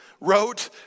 wrote